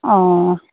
অ'